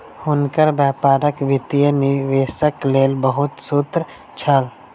हुनकर व्यापारक वित्तीय निवेशक लेल बहुत सूत्र छल